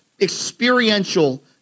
experiential